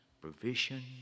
provision